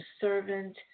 servant